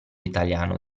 italiano